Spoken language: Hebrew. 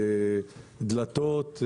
דלתות.